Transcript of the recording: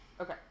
Okay